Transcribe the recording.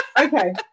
okay